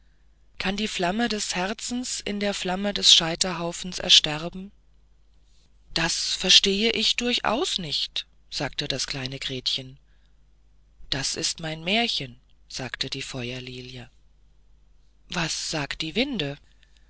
kann die flamme des herzens in der flamme des scheiterhaufens ersterben das verstehe ich durchaus nicht sagte das kleine gretchen das ist mein märchen sagte die feuerlilie was sagt die winde